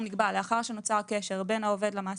נקבע לאחר שנוצר הקשר בין העובד למעסיק,